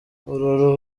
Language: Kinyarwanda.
uru